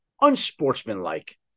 Unsportsmanlike